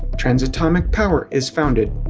transatomic power is founded.